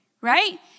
right